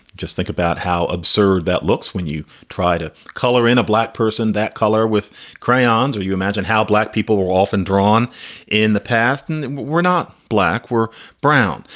just think about how absurd that looks when you try to color in a black person that color with crayons, or you imagine how black people are often drawn in the past. and we're not black, we're brown.